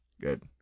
Good